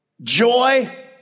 joy